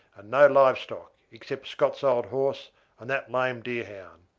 and no live stock, except scott's old horse and that lame deerhound.